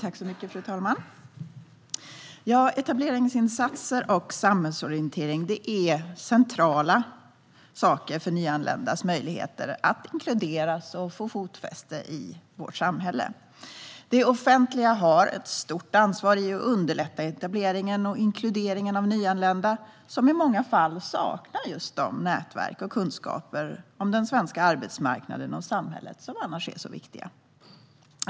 Fru talman! Etableringsinsatser och samhällsorientering är centrala saker för nyanländas möjligheter att inkluderas och få fotfäste i vårt samhälle. Det offentliga har ett stort ansvar för att underlätta etableringen och inkluderingen av nyanlända, som i många fall saknar de nätverk och kunskaper om den svenska arbetsmarknaden och samhället som annars är så viktiga.